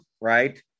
right